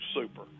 super